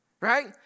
right